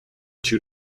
two